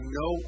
no